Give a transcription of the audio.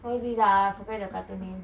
what is this ah forgot the cartoon name